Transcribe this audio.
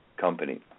company